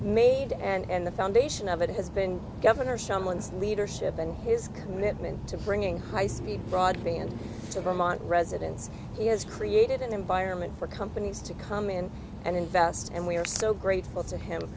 made and the foundation of it has been governor shumlin leadership and his commitment to bringing high speed broadband to vermont residents he has created an environment for companies to come in and invest and we are so grateful to him